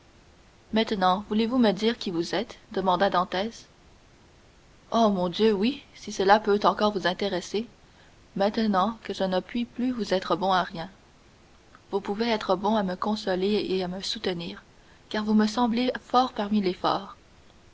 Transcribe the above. maintenant voulez-vous me dire qui vous êtes demanda dantès oh mon dieu oui si cela peut encore vous intéresser maintenant que je ne puis plus vous être bon à rien vous pouvez être bon à me consoler et à me soutenir car vous me semblez fort parmi les